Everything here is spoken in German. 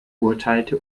urteilte